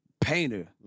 painter